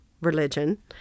religion